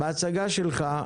בהצגה שלך,